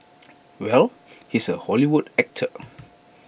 well he's A Hollywood actor